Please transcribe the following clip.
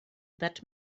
that